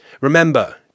Remember